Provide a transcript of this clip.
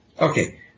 Okay